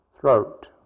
throat